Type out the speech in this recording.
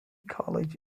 college